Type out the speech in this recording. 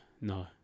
No